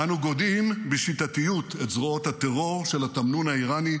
אנו גודעים בשיטתיות את זרועות הטרור של התמנון האיראני.